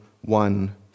one